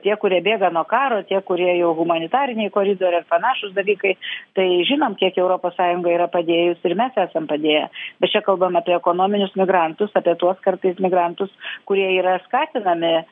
tie kurie bėga nuo karo tie kurie jau humanitariniai koridoriai ar panašūs dalykai tai žinom kiek europos sąjunga yra padėjus ir mes esam padėję bet čia kalbam apie ekonominius migrantus apie tuos kartais migrantus kurie yra skatinami